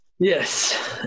Yes